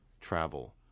travel